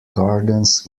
gardens